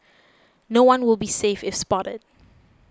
no one will be safe if spotted